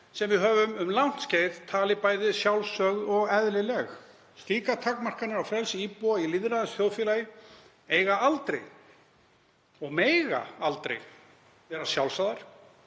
sem við höfum um langt skeið talið bæði sjálfsögð og eðlileg. Slíkar takmarkanir á frelsi íbúa í lýðræðisþjóðfélagi eiga aldrei og mega aldrei vera sjálfsagðar